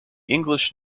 english